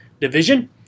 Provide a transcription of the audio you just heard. division